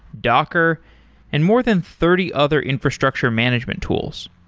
docker and more than thirty other infrastructure management tools.